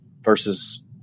versus